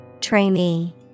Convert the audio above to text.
Trainee